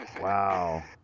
Wow